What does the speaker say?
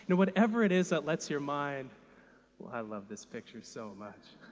you whatever it is that lets your mind i love this picture so much